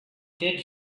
did